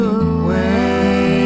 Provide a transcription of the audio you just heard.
away